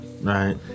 right